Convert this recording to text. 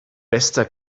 bester